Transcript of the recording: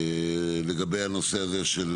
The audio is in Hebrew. לגבי הנושא הזה של